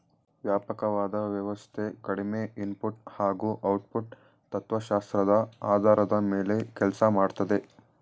ವ್ಯಾಪಕವಾದ ವ್ಯವಸ್ಥೆ ಕಡಿಮೆ ಇನ್ಪುಟ್ ಹಾಗೂ ಔಟ್ಪುಟ್ ತತ್ವಶಾಸ್ತ್ರದ ಆಧಾರದ ಮೇಲೆ ಕೆಲ್ಸ ಮಾಡ್ತದೆ